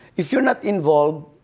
if you are not involved,